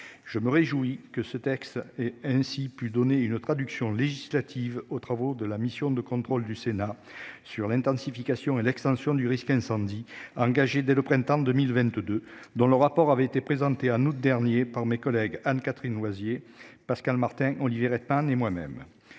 Je me réjouis que ce texte est ainsi pu donner une traduction législative aux travaux de la mission de contrôle du Sénat sur l'intensification et l'extension du risque incendie engagé dès le printemps 2022, dont le rapport avait été présenté en août dernier par mes collègues Anne-Catherine Loisier, Pascale Martin, Olivier Reitman et moi même